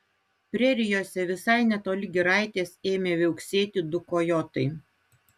prerijose visai netoli giraitės ėmė viauksėti du kojotai